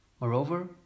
Moreover